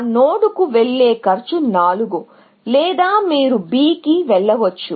ఆ నోడ్కు వెళ్లే కాస్ట్ 4 లేదా మీరు B కి వెళ్ళవచ్చు